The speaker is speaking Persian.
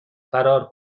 فرار